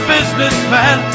Businessman